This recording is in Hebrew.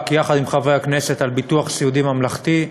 יחד עם חברי הכנסת, על ביטוח סיעוד ממלכתי.